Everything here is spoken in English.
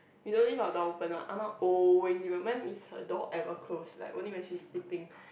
we don't leave our door open what Ah-Ma always leave open when is her door ever close like only when she is sleeping